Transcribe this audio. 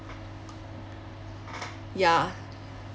ya